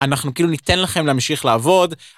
אנחנו כאילו ניתן לכם להמשיך לעבוד.